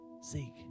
Seek